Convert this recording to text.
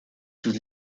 sus